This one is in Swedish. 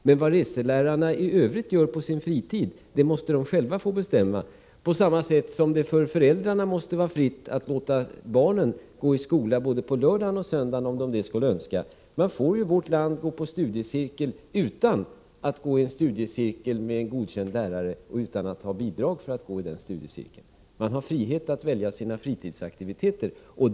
Men vad reselärarna gör på sin fritid måste de själva få bestämma, på samma sätt som det för föräldrarna måste vara fritt att låta barnen gå i skola på lördagar och söndagar, om de skulle önska så. Man får i vårt land gå i studiecirkel utan att den har godkänd lärare och utan att det ges bidrag till dem. Man har frihet att välja sina fritidsaktiviteter.